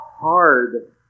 hard